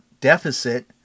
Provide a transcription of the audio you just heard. deficit